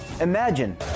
Imagine